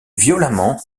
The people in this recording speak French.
violemment